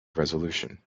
resolution